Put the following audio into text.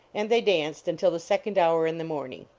and they danced until the second hour in the morning.